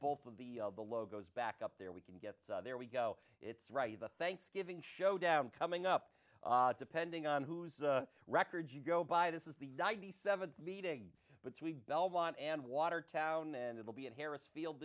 both of the the logos back up there we can get there we go it's right the thanksgiving showdown coming up depending on whose records you go by this is the ninety seventh meeting between belmont and watertown and it will be at harris field